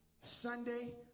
Sunday